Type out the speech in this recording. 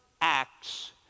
Acts